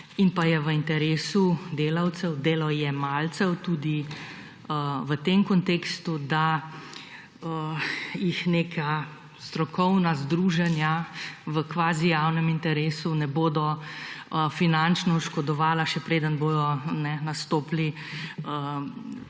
in je v interesu delavcev, delojemalcev tudi v tem kontekstu, da jih neka strokovna združenja v kvazi javnem interesu ne bodo finančno oškodovala, še preden bodo nastopili